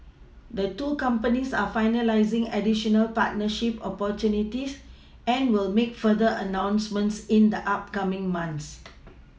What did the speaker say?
the two companies are finalising additional partnership opportunities and will make further announcements in the upcoming months